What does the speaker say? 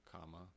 comma